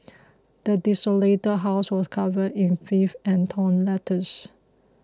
the desolated house was covered in filth and torn letters